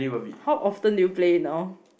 how often do you play now